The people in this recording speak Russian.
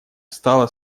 стало